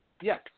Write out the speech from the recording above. Yes